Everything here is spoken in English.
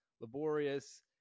laborious